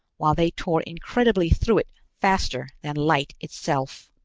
while they tore incredibly through it, faster than light itself.